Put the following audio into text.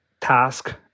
task